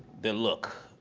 their look?